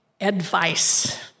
advice